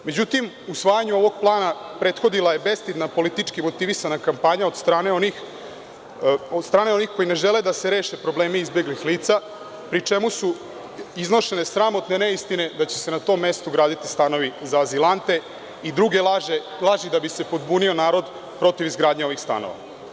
Međutim, usvajanju ovog plana prethodila je bestidan politički motivisana kampanja od strane onih koji ne žele da se reše problemi izbeglih lica, pri čemu su iznošene sramotne reči i neistine da će se na tom mestu graditi stanovi za azilante i druge laži da bi se podbunio narod protiv izgradnje ovih stanova.